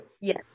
yes